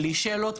בלי שאלות,